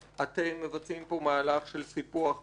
אתם מבצעים פה מהלך של סיפוח משתמע